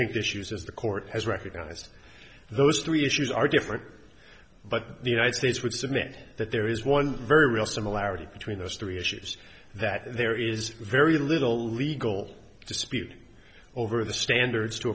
distinct issues as the court has recognized those three issues are different but the united states would submit that there is one very real similarity between those three issues that there is very little legal dispute over the standards to